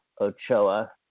Ochoa